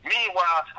Meanwhile